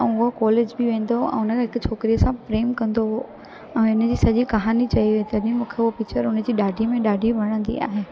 ऐं उहो कॉलेज बि वेंदो ऐं हुन हिकु छोकिरीअ सां प्रेम कंदो उहो ऐं हिन जी सॼी कहानी चई वई तॾी मूंखे उहो पिचर उन जी ॾाढी में ॾाढी वणंदी आहे